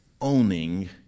owning